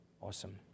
Awesome